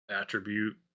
attribute